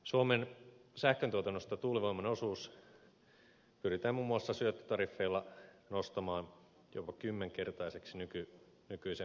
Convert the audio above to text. suomen sähköntuotannosta tuulivoiman osuus pyritään muun muassa syöttötariffeilla nostamaan jopa kymmenkertaiseksi nykyiseen verrattuna